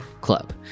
club